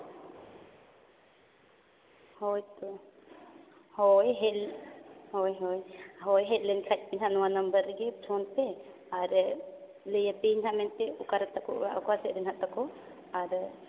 ᱦᱳᱭᱛᱳ ᱦᱳᱭ ᱦᱮᱹᱞ ᱦᱳᱭ ᱦᱳᱭ ᱦᱳᱭ ᱦᱳᱭ ᱦᱮᱡ ᱞᱮᱱᱠᱷᱟᱱ ᱜᱮ ᱦᱟᱸᱜ ᱱᱟᱣᱟ ᱱᱟᱢᱵᱟᱨ ᱨᱮᱜᱮ ᱯᱷᱳᱱ ᱯᱮ ᱟᱨ ᱞᱟᱹᱭᱟᱯᱮᱭᱟᱹᱧ ᱦᱟᱸᱜ ᱢᱮᱱᱛᱮ ᱚᱠᱟ ᱨᱮᱛᱟ ᱠᱚ ᱚᱲᱟᱜ ᱚᱠᱟ ᱥᱮᱫ ᱨᱮ ᱱᱟᱦᱟᱜ ᱛᱟᱠᱚ ᱟᱨ